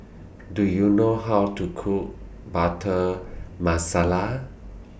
Do YOU know How to Cook Butter Masala